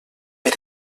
per